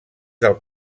del